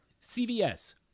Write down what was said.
CVS